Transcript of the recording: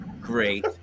great